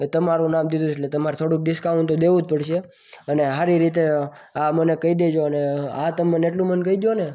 તમારું નામ દીધું છ એટલે તમારે થોડુંક ડિસ્કાઉન્ટ તો દેવું જ પડશે અને હારી રીતે મને કઈ દેજો અને તમે મને એટલું કઈ દ્યોને